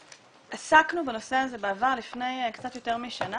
עסקנו בנושא הזה בעבר לפני קצת יותר משנה,